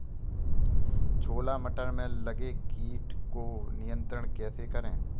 छोला मटर में लगे कीट को नियंत्रण कैसे करें?